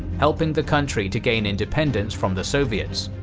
helping the country to gain independence from the soviets.